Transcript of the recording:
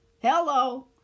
Hello